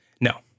No